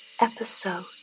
Episode